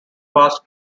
past